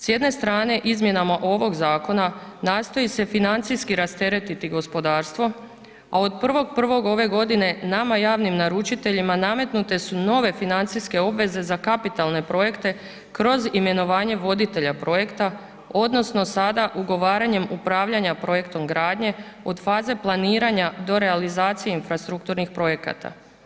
S jedne strane izmjenama ovog zakona nastoji se financijski rasteretiti gospodarstvo a od 1.1. ove godine nama javnim naručiteljima nametnute su nove financijske obveze za kapitalne projekte kroz imenovanje voditelja projekta odnosno sada ugovaranjem upravljanja projektom gradnje od faze planiranja do realizacije infrastrukturnih projekata.